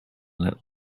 little